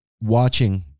watching